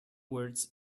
words